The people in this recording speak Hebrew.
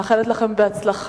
אני מאחלת לכם בהצלחה.